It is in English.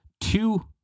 two